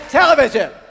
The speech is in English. television